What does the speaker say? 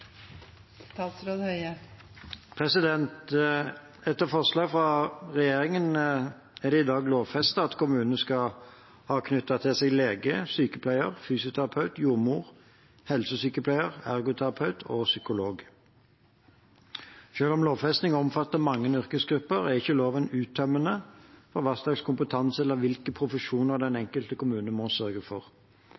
seg lege, sykepleier, fysioterapeut, jordmor, helsesykepleier, ergoterapeut og psykolog. Selv om lovfestingen omfatter mange yrkesgrupper, er ikke loven uttømmende for hva slags kompetanse eller hvilke profesjoner den